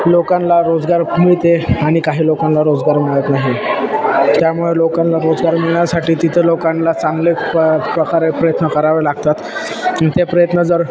लोकाला रोजगार मिळते आणि काही लोकाला रोजगार मिळत नाही त्यामुळे लोकाला रोजगार मिळण्यासाठी तिथं लोकाला चांगले प प्रकारे प्रयत्न करावे लागतात ते प्रयत्न जर